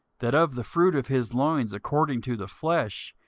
that of the fruit of his loins, according to the flesh,